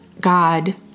God